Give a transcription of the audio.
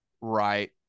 right